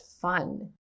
fun